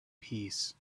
peace